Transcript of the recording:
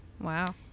Wow